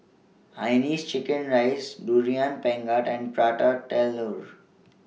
Hainanese Chicken Rice Durian Pengat and Prata Telur